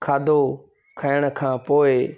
खाधो खाइण खां पोए